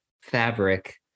fabric